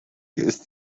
ist